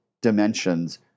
dimensions